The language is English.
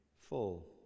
full